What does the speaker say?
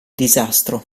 disastro